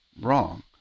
wrong